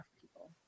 people